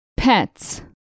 Pets